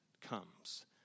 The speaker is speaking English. comes